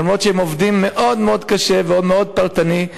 למרות שהם עובדים מאוד מאוד קשה ומאוד פרטני.